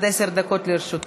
אנחנו עוברים להצעת חוק